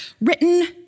written